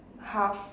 half